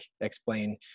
explain